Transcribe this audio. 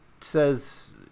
says